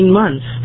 months